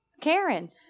Karen